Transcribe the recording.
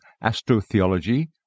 Astro-Theology